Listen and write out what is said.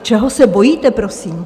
Čeho se bojíte, prosím?